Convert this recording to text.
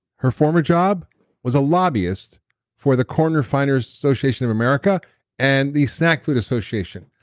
her former job was a lobbyist for the corn refiners association of america and the snack food association.